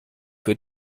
für